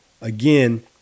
again